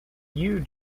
you